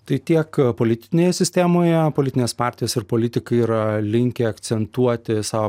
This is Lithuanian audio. tai tiek politinėje sistemoje politinės partijos ir politikai yra linkę akcentuoti savo